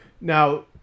Now